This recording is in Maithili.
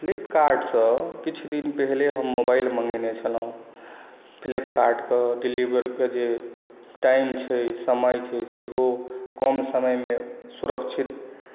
फ्लिपकार्ट सँ किछु दिन पहिले हम मोबाइल मॅंगेने छलहुँ फ्लिपकार्ट के डेलिवर के जे टाइम छै समय छै सेहो कम समयमे सुरक्षित